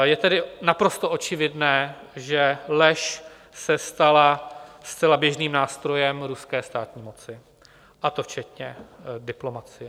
Je tedy naprosto očividné, že lež se stala zcela běžným nástrojem ruské státní moci, a to včetně diplomacie.